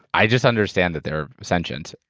i just understand that they're sentient.